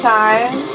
time